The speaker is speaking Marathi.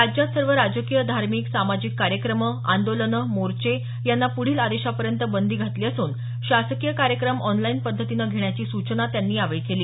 राज्यात सर्व राजकीय धार्मिक सामाजिक कार्यक्रमं आंदोलनं मोर्चे यांना पुढील आदेशापर्यंत बंदी घातली असून शासकीस कार्यक्रम ऑनलाईन पद्धतीनं घेण्याची सूचना त्यांनी यावेळी केली